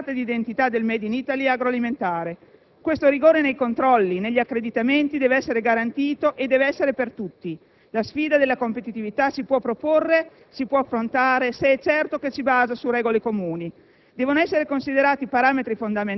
come carattere distintivo, come carta d'identità del *made in Italy* agroalimentare. Questo rigore nei controlli e negli accreditamenti dev'essere garantito e dev'essere per tutti. La sfida della competitività si può proporre, si può affrontare se è certo che si basa su regole comuni.